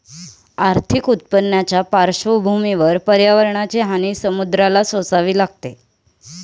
आर्थिक उत्पन्नाच्या पार्श्वभूमीवर पर्यावरणाची हानी समुद्राला सोसावी लागते